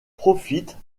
profitent